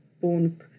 born